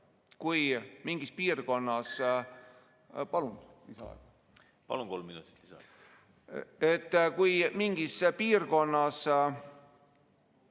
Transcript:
kui mingis piirkonnas ...